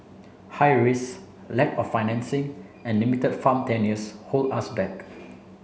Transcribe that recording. high risk lack of financing and limited farm tenures hold us back